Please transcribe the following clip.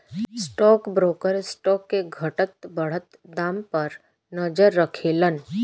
stock broker stock के घटत बढ़त दाम पर नजर राखेलन